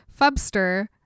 Fubster